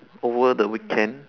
over the weekend